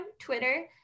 Twitter